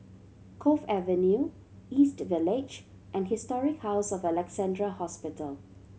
Cove Avenue East Village and Historic House of Alexandra Hospital